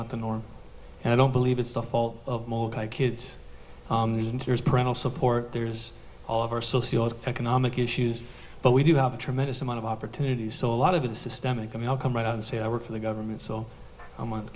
not the norm and i don't believe it's the fault of molokai kids in tears parental support there's all of our socio economic issues but we do have a tremendous amount of opportunities so a lot of the systemic i mean i'll come right out and say i work for the government so i'm on